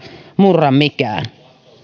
murra mikään